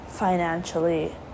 financially